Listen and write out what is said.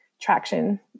traction